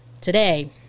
Today